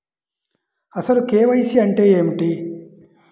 అసలు కే.వై.సి అంటే ఏమిటి?